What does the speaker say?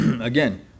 Again